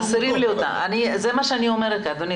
חסרים לי פה האנשים האלה.